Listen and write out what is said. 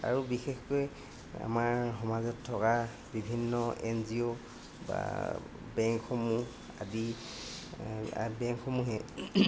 আৰু বিশেষকৈ আমাৰ সমাজত থকা বিভিন্ন এন জিঅ' বা বেংকসমূহ আদি বেংকসমূহে